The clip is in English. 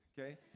Okay